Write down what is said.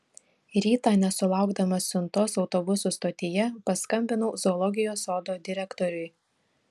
rytą nesulaukdamas siuntos autobusų stotyje paskambinau zoologijos sodo direktoriui